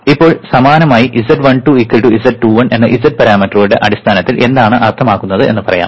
ഇപ്പോൾ സമാനമായി z12 z21 എന്ന z പാരാമീറ്ററുകളുടെ അടിസ്ഥാനത്തിൽ എന്താണ് അർത്ഥമാക്കുന്നത് എന്ന് പറയാം